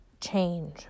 change